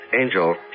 Angel